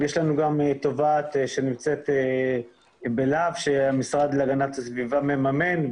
יש לנו גם תובעת בלה"ב שהמשרד להגנת הסביבה מממן,